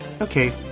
okay